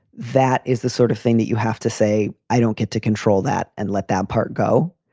that is the sort of thing that you have to say. i don't get to control that and let that part go.